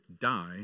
die